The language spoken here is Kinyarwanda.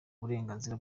uburenganzira